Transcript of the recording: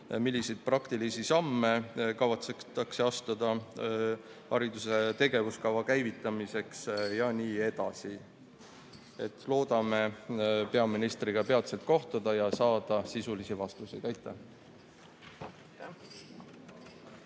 milliseid praktilisi samme kavatsetakse astuda hariduse tegevuskava käivitamiseks jne. Loodame peaministriga peatselt kohtuda ja saada sisulisi vastuseid. Aitäh!